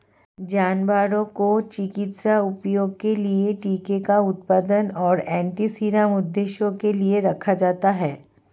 जानवरों को चिकित्सा उपयोग के लिए टीके का उत्पादन और एंटीसीरम उद्देश्यों के लिए रखा जाता है